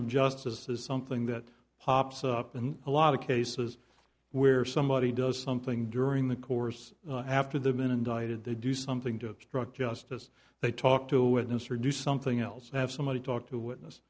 of justice is something that pops up in a lot of cases where somebody does something during the course after they've been indicted they do something to obstruct justice they talk to a witness or do something else have somebody talk to a witness